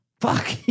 Fuck